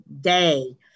day